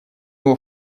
его